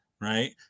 Right